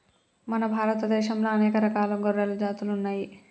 మన భారత దేశంలా అనేక రకాల గొర్రెల జాతులు ఉన్నయ్యి